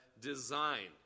design